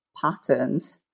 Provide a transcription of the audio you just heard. patterns